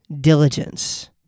diligence